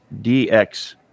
DX